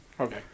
okay